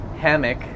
hammock